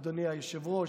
אדוני היושב-ראש,